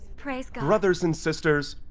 praise god! brothers and sisters,